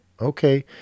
Okay